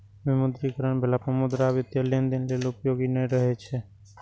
विमुद्रीकरण भेला पर मुद्रा वित्तीय लेनदेन लेल उपयोगी नै रहि जाइ छै